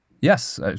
Yes